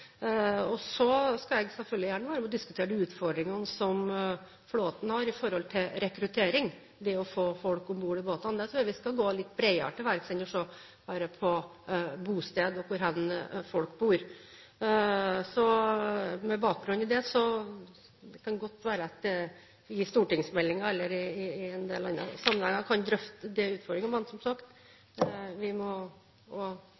listen. Så skal jeg selvfølgelig gjerne være med og diskutere de utfordringene som flåten har i forhold til rekruttering – det å få folk om bord i båtene. Der tror jeg vi skal gå litt bredere til verks enn bare å se på bosted – hvor folk bor. Med bakgrunn i det kan det godt være at en i forbindelse med en stortingsmelding, eller annet, kan drøfte sånne utfordringer. Men som sagt: